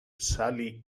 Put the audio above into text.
sally